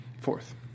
Fourth